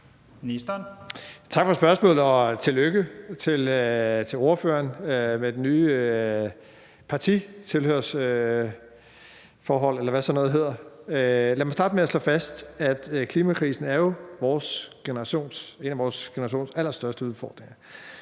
Tak for spørgsmålet. Og tillykke til ordføreren med det nye partitilhørsforhold, eller hvad sådan noget hedder. Lad mig starte med at slå fast, at klimakrisen jo er en af vores generations allerstørste udfordringer.